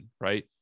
right